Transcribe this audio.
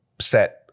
set